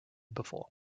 before